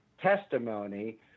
testimony